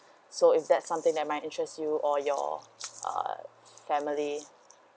so is that something that might interest you or your uh family